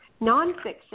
Nonfiction